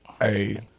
Hey